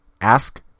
ask